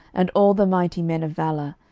and all the mighty men of valour,